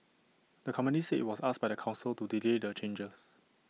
the company said IT was asked by the Council to delay the changes